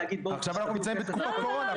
עכשיו אנחנו נמצאים בתקופת קורונה,